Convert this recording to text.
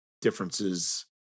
differences